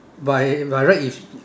by by right is